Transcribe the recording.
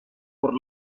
por